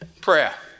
Prayer